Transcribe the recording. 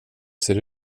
ser